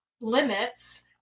limits